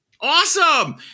Awesome